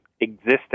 exist